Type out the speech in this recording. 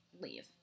leave